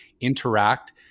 interact